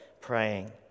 praying